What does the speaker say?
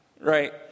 Right